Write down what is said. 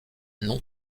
non